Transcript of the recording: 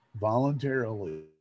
voluntarily